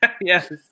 Yes